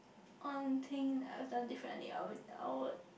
one thing I would have done differently I would I would